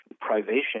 privation